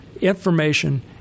information